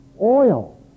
oil